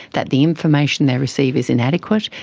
that the information they receive is inadequate,